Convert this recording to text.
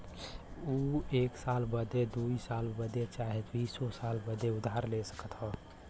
ऊ एक साल बदे, दुइ साल बदे चाहे बीसो साल बदे उधार ले सकत हौ